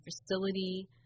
facility